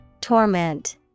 Torment